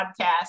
podcast